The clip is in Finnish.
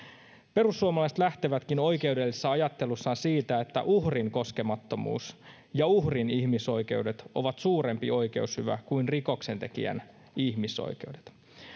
perussuomalaiset lähtevätkin oikeudellisessa ajattelussaan siitä että uhrin koskemattomuus ja uhrin ihmisoikeudet ovat suurempi oikeushyvä kuin rikoksentekijän ihmisoikeudet